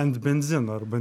ant benzino arba